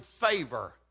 favor